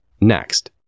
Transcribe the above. Next